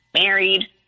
married